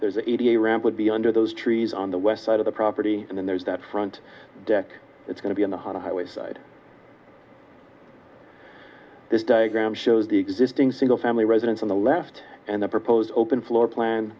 there's a ramp would be under those trees on the west side of the property and then there's that front deck that's going to be on the highway side this diagram shows the existing single family residence on the left and the proposed open floor plan